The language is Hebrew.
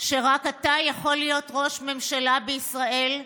שרק אתה יכול להיות ראש הממשלה בישראל,